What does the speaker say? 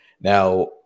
Now